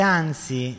anzi